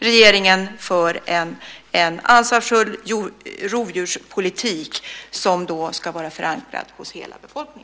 Regeringen för en ansvarsfull rovdjurspolitik som ska vara förankrad hos hela befolkningen.